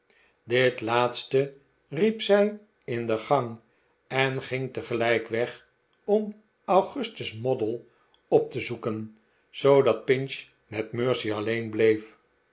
dit laatste riep zij in de gang en ging tegelijk weg om augustus moddle op te zoeken zoodat pinch met mercy alleen bleef